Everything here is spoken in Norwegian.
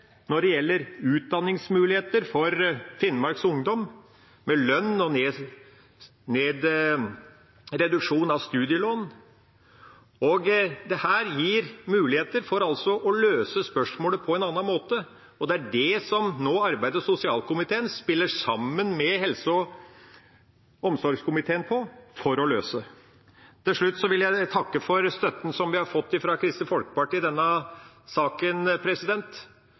gir muligheter til å løse spørsmålet på en annen måte, og det er det arbeids- og sosialkomiteen spiller på sammen med helse- og omsorgskomiteen. Til slutt vil jeg takke for støtten vi har fått fra Kristelig Folkeparti i denne saken.